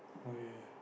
okay